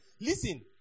Listen